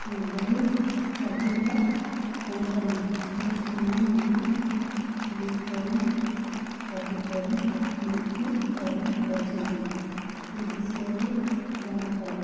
ହଁ ବହୁ ସ୍ଵାଧୀନତା ସଂଗ୍ରାମୀ ଓ ସେମାନେ ଆମ ପାଇଁ କ'ଣ ସବୁ କରି ମୃତ୍ୟୁବରଣ କରିଛନ୍ତି ସେ ବିଷୟରେ ଜାଣିପାରୁ